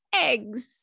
eggs